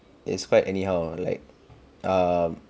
it's quite anyhow like um